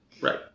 Right